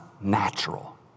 natural